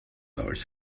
hours